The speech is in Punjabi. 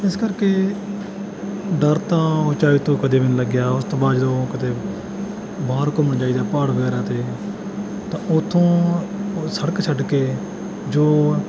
ਇਸ ਕਰਕੇ ਡਰ ਤਾਂ ਉੱਚਾਈ ਤੋਂ ਕਦੇ ਵੀ ਨਹੀਂ ਲੱਗਿਆ ਉਸ ਤੋਂ ਬਾਅਦ ਜਦੋਂ ਕਿਤੇ ਬਾਹਰ ਘੁੰਮਣ ਜਾਈਦਾ ਪਹਾੜ ਵਗੈਰਾ 'ਤੇ ਤਾਂ ਉੱਥੋਂ ਸੜਕ ਛੱਡ ਕੇ ਜੋ